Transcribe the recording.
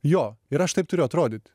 jo ir aš taip turiu atrodyt